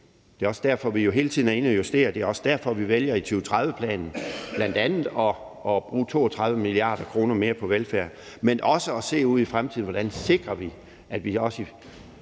det er også derfor, vi hele tiden er inde at justere. Det er også derfor, vi i 2030-planen bl.a. vælger at bruge 32 mia. kr. mere på velfærd, men også at se ud i fremtiden og på, hvordan vi sikrer, at vi også